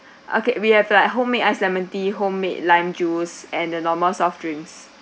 okay we have like homemade ice lemon tea homemade lime juice and the normal soft drinks